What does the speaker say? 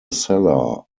cellar